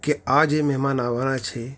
કે આ જે મહેમાન આવવાના છે